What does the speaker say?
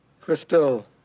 Crystal